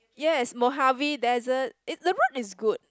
yes Mojave desert it the one is good